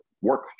work